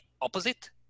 opposite